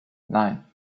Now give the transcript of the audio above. nein